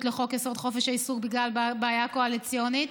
לחוק-יסוד: חופש העיסוק בגלל בעיה קואליציונית.